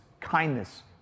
kindness